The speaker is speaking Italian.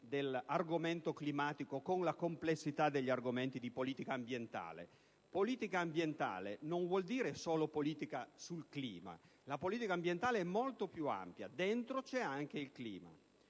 dell'argomento climatico con la complessità degli argomenti di politica ambientale. Politica ambientale non vuol dire solo politica sul clima. La politica ambientale è molto più ampia: dentro c'è anche il clima;